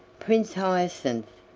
prince hyacinth,